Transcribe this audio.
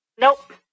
Nope